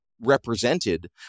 represented